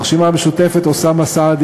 הרשימה המשותפת, אוסאמה סעדי.